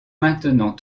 maintenant